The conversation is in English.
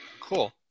Cool